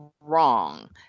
wrong